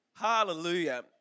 Hallelujah